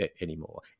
anymore